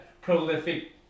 prolific